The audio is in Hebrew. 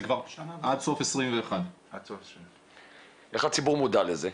עד סוף 2021. איך הציבור מודע לזה?